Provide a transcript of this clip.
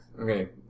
Okay